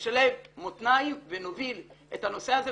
נשנס מותניים ונוביל את הנושא הזה.